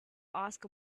ask